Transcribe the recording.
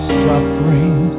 suffering